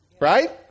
Right